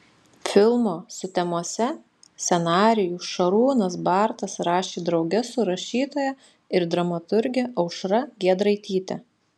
filmo sutemose scenarijų šarūnas bartas rašė drauge su rašytoja ir dramaturge aušra giedraityte